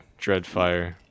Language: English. Dreadfire